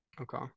Okay